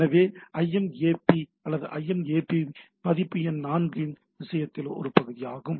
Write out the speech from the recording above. எனவே IMAP அல்லது IMAP பதிப்பு 4 இன் விஷயத்தில் இது ஒரு பகுதியாகும்